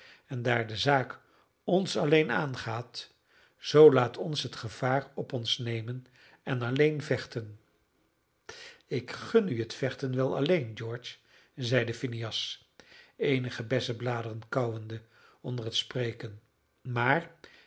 en daar de zaak ons alleen aangaat zoo laat ons het gevaar op ons nemen en alleen vechten ik gun u het vechten wel alleen george zeide phineas eenige bessenbladeren kauwende onder het spreken maar